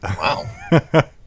Wow